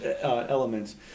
elements